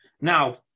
Now